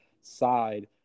side